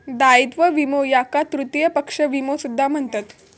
दायित्व विमो याका तृतीय पक्ष विमो सुद्धा म्हणतत